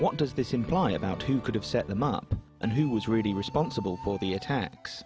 what does this imply about who could have set them up and who was really responsible for the attacks